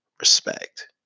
respect